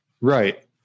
Right